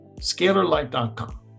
Scalarlight.com